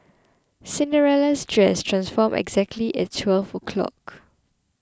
Cinderella's dress transformed exactly at twelve o'clock